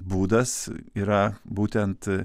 būdas yra būtent